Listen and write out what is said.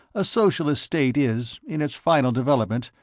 a socialist state is, in its final development,